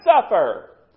suffer